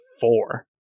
four